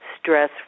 stress